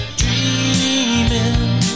dreaming